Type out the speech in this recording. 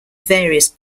various